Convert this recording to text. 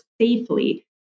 safely